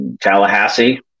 Tallahassee